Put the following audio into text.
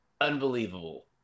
unbelievable